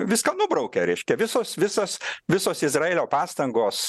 viską nubraukia reiškia visos visos visos izraelio pastangos